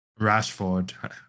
Rashford